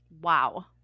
Wow